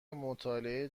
مطالعه